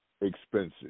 expensive